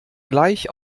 gleich